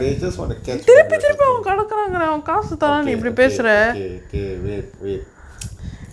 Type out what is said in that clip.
they just want to catch what you are talking ah okay okay okay okay wait wait